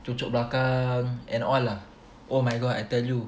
cucuk belakang and all ah oh my god I tell you